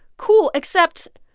cool, except